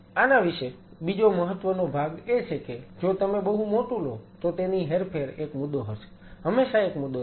આના વિશે બીજો મહત્વનો ભાગ એ છે કે જો તમે બહુ મોટું લો તો તેની હેરફેર એક મુદ્દો હશે હંમેશા એક મુદ્દો રહેશે